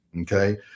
okay